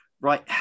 right